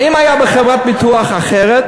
אם זה היה בחברת ביטוח אחרת,